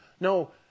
No